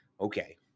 Okay